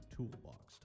Toolbox